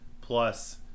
plus